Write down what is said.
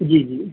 ਜੀ ਜੀ